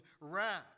wrath